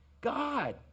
God